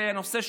זה נושא,